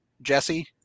Jesse